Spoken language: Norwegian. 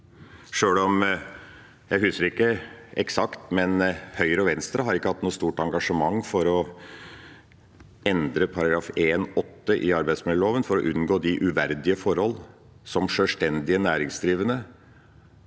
men Høyre og Venstre har ikke hatt noe stort engasjement for å endre § 1-8 i arbeidsmiljøloven for å unngå de uverdige forhold som sjølstendig næringsdrivende